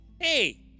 Hey